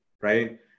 right